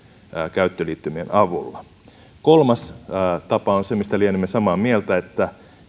käyttöliittymien avulla kolmas tapa on se mistä lienemme samaa mieltä että